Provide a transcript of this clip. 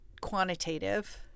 quantitative